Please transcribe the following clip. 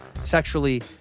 sexually